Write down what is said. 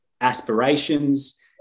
aspirations